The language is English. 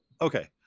okay